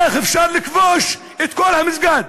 איך אפשר לכבוש את כל המסגד,